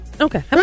Okay